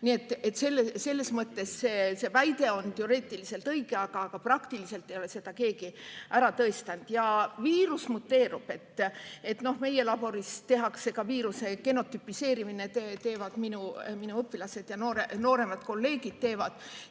Nii et selles mõttes see väide on teoreetiliselt õige, aga praktiliselt ei ole seda keegi ära tõestanud. Ja viirus muteerub. Meie laboris tehakse ka viiruse genotüpiseerimist, teevad minu õpilased ja nooremad kolleegid.